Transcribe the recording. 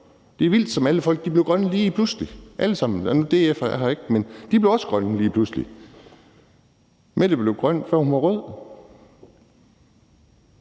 Det er vildt, som alle folk lige pludselig blev grønne. Nu er DF her ikke, men de blev også grønne lige pludselig. Mette blev grøn, før hun var rød.